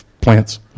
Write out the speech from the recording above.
plants